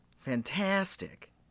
Fantastic